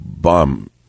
bum